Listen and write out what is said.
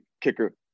kicker